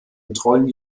betreuung